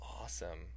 Awesome